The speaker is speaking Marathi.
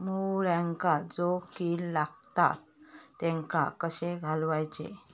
मुळ्यांका जो किडे लागतात तेनका कशे घालवचे?